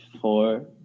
four